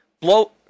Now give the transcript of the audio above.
blow